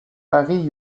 paris